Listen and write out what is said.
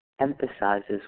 emphasizes